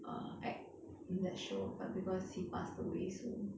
err act in that show but because he passed away so